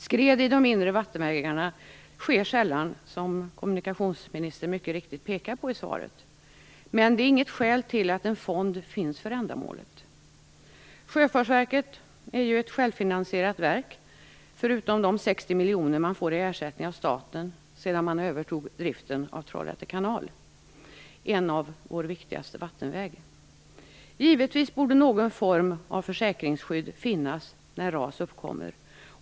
Skred i de inre vattenvägarna sker sällan, som kommunikationsministern mycket riktigt pekar på i svaret, men det är inget skäl till att en fond inte skall finnas för ändamålet. Sjöfartsverket är ju ett självfinansierat verk, förutom de 60 miljoner man får i ersättning av staten sedan man övertog driften av Trollhätte kanal - en av våra viktigaste vattenvägar. Givetvis borde någon form av försäkringsskydd finnas när ras uppkommer.